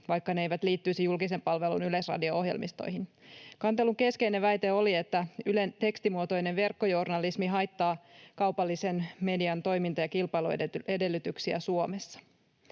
vaikka ne eivät liittyisi julkisen palvelun yleisradio-ohjelmistoihin. Kantelun keskeinen väite oli, että Ylen tekstimuotoinen verkkojournalismi haittaa kaupallisen median toiminta- ja kilpailuedellytyksiä Suomessa.